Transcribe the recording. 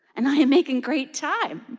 and i'm making great time.